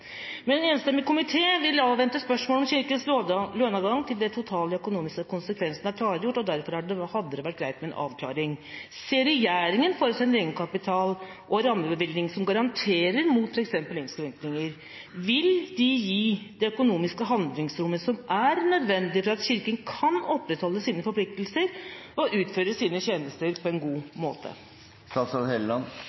med en avklaring. Ser regjeringa for seg en egenkapital og rammebevilgning som garanterer mot f.eks. innskrenkninger? Vil de gi det økonomiske handlingsrommet som er nødvendig for at Kirken kan opprettholde sine forpliktelser og utføre sine tjenester på en god